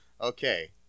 Okay